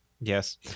yes